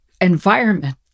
environment